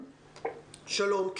שלום.